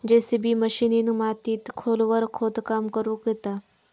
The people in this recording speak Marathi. जेसिबी मशिनीन मातीत खोलवर खोदकाम करुक येता